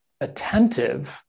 attentive